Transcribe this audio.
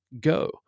go